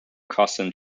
cousin